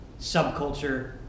subculture